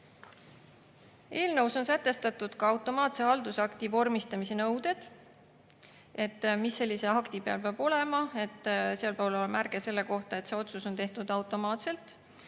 Eelnõus on sätestatud ka automaatse haldusakti vormistamise nõuded, näiteks mis sellise akti peal peab kirjas olema. Seal peab olema märge selle kohta, et otsus on tehtud automaatselt,